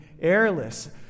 airless